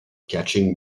catching